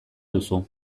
duzu